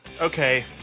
okay